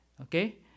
Okay